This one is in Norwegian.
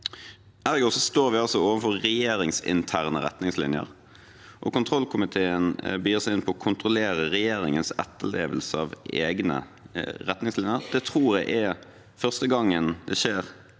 Ergo står vi overfor regjeringsinterne retningslinjer. Kontrollkomiteen begir seg altså inn på å kontrollere regjeringens etterlevelse av egne retningslinjer. Det tror jeg er første gangen det skjer.